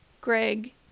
Greg